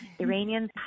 iranians